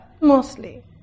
mostly